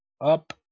up